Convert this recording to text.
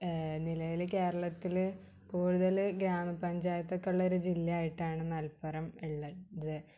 നിലവിൽ കേരളത്തിൽ കൂടുതൽ ഗ്രാമപഞ്ചായത്തൊക്കെ ഉള്ളൊരു ജില്ലയായിട്ടാണ് മലപ്പുറം ഉള്ളത്